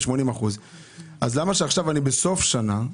למה שעכשיו בסוף שנה,